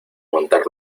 montar